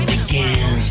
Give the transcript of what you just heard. again